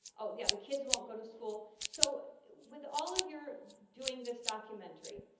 oh yeah, the kids won't go to school, so with all of your doing this documentary,